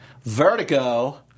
Vertigo